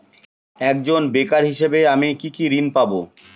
একজন বেকার হিসেবে আমি কি কি ঋণ পাব?